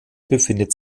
befindet